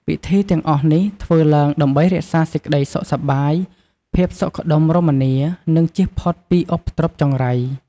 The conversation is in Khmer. ពិធីទាំងអស់នេះធ្វើឡើងដើម្បីរក្សាសេចក្តីសុខសប្បាយ ភាពសុខដុមរមនា និងជៀសផុតពីឧបទ្រពចង្រៃ។